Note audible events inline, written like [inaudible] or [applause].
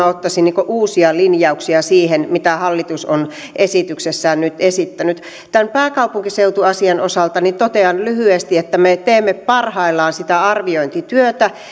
[unintelligible] ottaisin uusia linjauksia siihen mitä hallitus on esityksessään nyt esittänyt tämän pääkaupunkiseutuasian osalta totean lyhyesti että me teemme parhaillaan sitä arviointityötä